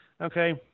okay